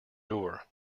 door